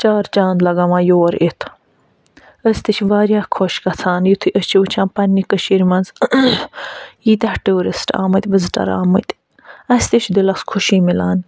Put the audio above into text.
چار چاند لگاوان یور یِتھ أسۍ تہِ چھِ واریاہ خۄش گژھان یُتھٕے أسۍ چھِ وٕچھان پَنٛنہِ کٔشیٖرِ منٛز ییٖتیٛاہ ٹوٗرِسٹ آمٕتۍ وِزِٹَر آمٕتۍ اَسہِ تہِ چھِ دِلَس خوشی مِلان